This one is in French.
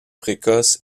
précoce